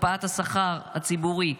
הקפאת השכר הציבורי,